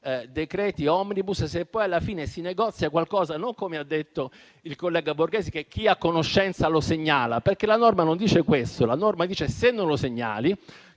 decreti *omnibus*, se poi alla fine si negozia qualcosa non - come ha detto un collega che mi ha preceduto - che chi è a conoscenza lo segnala, perché la norma non dice questo. La norma dice: se non lo segnali,